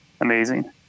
amazing